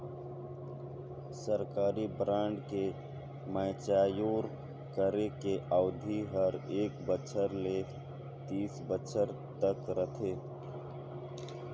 सरकारी बांड के मैच्योर करे के अबधि हर एक बछर ले तीस बछर तक रथे